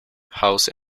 house